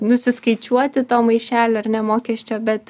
nusiskaičiuoti to maišelio ar ne mokesčio bet